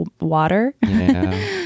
Water